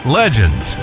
legends